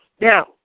Now